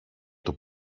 του